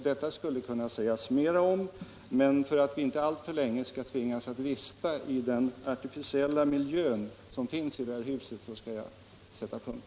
Jag skulle kunna säga mera om detta, men för att vi inte alltför länge skall tvingas vistas i den artificiella miljön i det här huset skall jag nu sätta punkt.